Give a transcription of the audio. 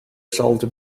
sold